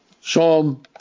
Psalm